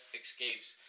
escapes